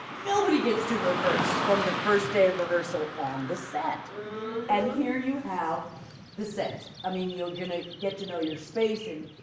nobody gets to rehearse from the first day of rehearsal on the set and here you have the set! i mean you're going to get to know your spacing.